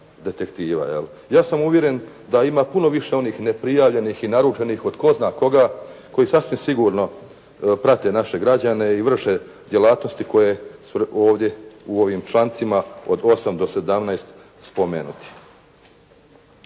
Ja sam uvjeren da ima puno više oni neprijavljenih i naručenih od tko zna koga koji sasvim sigurno prate naše građane i vrše djelatnosti koje su ovdje u ovim člancima od 8 do 17 spomenuti.